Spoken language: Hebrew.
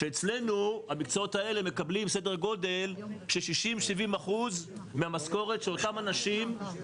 שאצלנו המקצועות האלה מקבלים סדר גודל של 60%-70% מהמשכורת שאותם אנשים